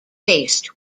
faced